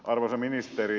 arvoisa ministeri